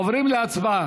עוברים להצבעה.